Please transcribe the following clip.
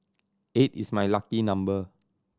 eight is my lucky number